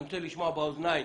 אני רוצה לשמוע באוזניים.